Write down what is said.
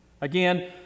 Again